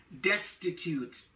destitute